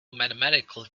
mathematical